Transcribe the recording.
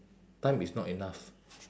time is not enough